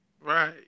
Right